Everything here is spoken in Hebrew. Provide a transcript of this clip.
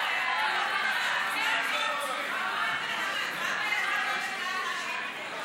שינוי חזקת הגיל הרך),